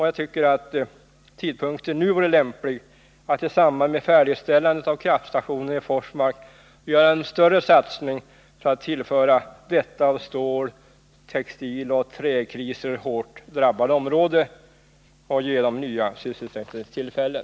Jag tycker att tidpunkten nu vore lämplig att i samband med färdigställandet av kraftstationen i Forsmark göra en större satsning för att tillföra detta av stål-, textiloch träkriser hårt drabbade område nya sysselsättningstillfällen.